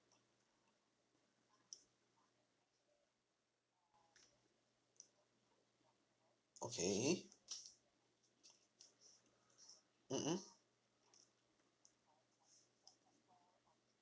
okay mmhmm